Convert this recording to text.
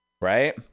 right